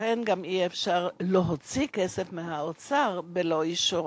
לכן גם אי-אפשר להוציא כסף מהאוצר ללא אישורו.